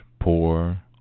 poor